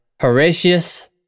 Horatius